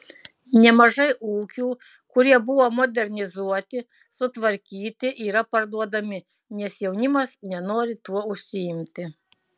nemažai ūkių kurie buvo modernizuoti sutvarkyti yra parduodami nes jaunimas nenori tuo užsiimti